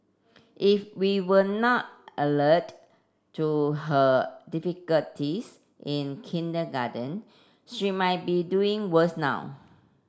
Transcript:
if we were not alert to her difficulties in kindergarten she might be doing worse now